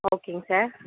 ஓகேங்க சார்